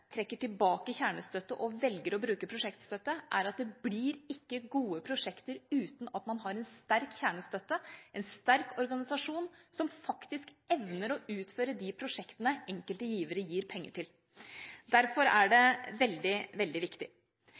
trekker tilbake kjernestøtte og velger å bruke prosjektstøtte, er at det ikke blir gode prosjekter uten at man har en sterk kjernestøtte, en sterk organisasjon, som faktisk evner å utføre de prosjektene enkelte givere gir penger til. Derfor er det veldig viktig.